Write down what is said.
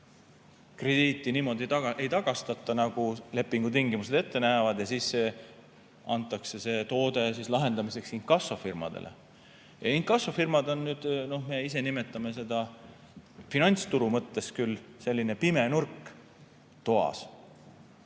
krediiti niimoodi ei tagastata, nagu lepingutingimused ette näevad, ja siis antakse see toode lahendamiseks inkassofirmadele. Inkassofirmad on nüüd, nagu me ise nimetame, finantsturu mõttes küll selline pime nurk toas,